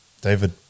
David